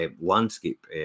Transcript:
landscape